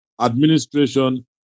administration